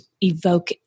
evoke